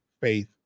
faith